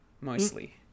mostly